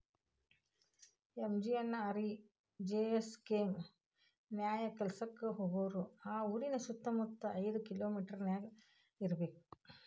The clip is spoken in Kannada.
ಎಂ.ಜಿ.ಎನ್.ಆರ್.ಇ.ಜಿ.ಎಸ್ ಸ್ಕೇಮ್ ನ್ಯಾಯ ಕೆಲ್ಸಕ್ಕ ಹೋಗೋರು ಆ ಊರಿನ ಸುತ್ತಮುತ್ತ ಐದ್ ಕಿಲೋಮಿಟರನ್ಯಾಗ ಇರ್ಬೆಕ್